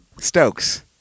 Stokes